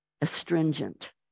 astringent